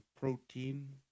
Protein